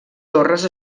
torres